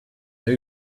now